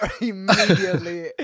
immediately